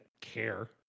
care